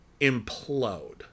implode